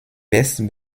west